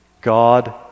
God